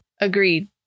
Agreed